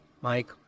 Mike